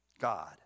God